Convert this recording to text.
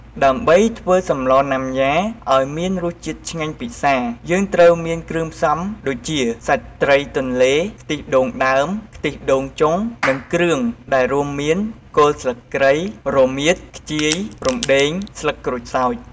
ដើម្បីធ្វើសម្លណាំយ៉ាអោយមានរសជាតិឆ្ងាញ់ពិសារ យើងត្រូវមានគ្រឿងផ្សំដូចជា សាច់ត្រីទន្លេ ខ្ទិះដូងដើម ខ្ទិះដូងចុង និងគ្រឿងដែលរួមមាន គល់ស្លឹកគ្រៃ រមៀត ខ្ជាយ រំដេង ស្លឹកក្រូចសើច។